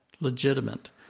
legitimate